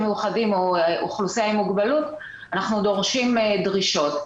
מיוחדים או אוכלוסייה עם מוגבלות אנחנו דורשים דרישות.